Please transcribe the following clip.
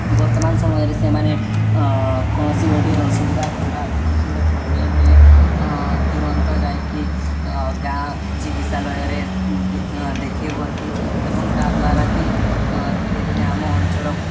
ବର୍ତ୍ତମାନ ସମୟରେ ସେମାନେ କୌଣସି ଗୋଟଏ ଅସୁବିଧା କିମ୍ବା କୌଣସି ଗୋଟେ ପ୍ରୋବ୍ଲେମ୍ ହେଲେ ତୁରନ୍ତ ଯାଇକି ଗାଁ ଚିକିତ୍ସାଳୟରେ ଦେଖାଇ ହୁଅନ୍ତି ଏବଂ ତା'ଦ୍ଵାରାକିି ଧୀରେ ଧୀରେ ଆମ ଅଞ୍ଚଳ